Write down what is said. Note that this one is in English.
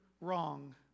wrong